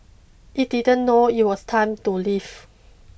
it didn't know it was time to leave